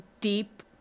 deep